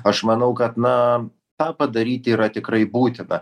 aš manau kad na tą padaryti yra tikrai būtina